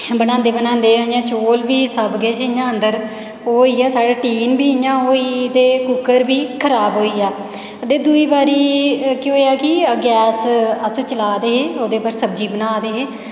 बनांदे बनांदे इ'यां चौल बी सब किश इ'यां अंदर ओह् होई गेआ साढ़ा टीन बी इ'यां होई ते कुक्कर बी खराब होई गेआ ते दूई बारी केह् होएया कि गैस अस चला दे हे ओह्दे पर सब्जी बना दे हे